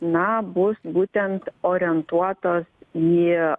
na bus būtent orientuotos į